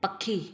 पखी